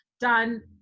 Done